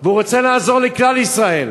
והוא רוצה לעזור לכלל ישראל.